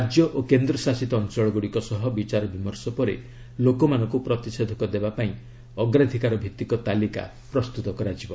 ରାଜ୍ୟ ଓ କେନ୍ଦ୍ରଶାସିତ ଅଞ୍ଚଳଗୁଡ଼ିକ ସହ ବିଚାର ବିମର୍ଷ ପରେ ଲୋକମାନଙ୍କୁ ପ୍ରତିଷେଧକ ଦେବା ପାଇଁ ଅଗ୍ରାଧିକାର ଭିତ୍ତିକ ତାଲିକା ପ୍ରସ୍ତୁତ କରାଯିବ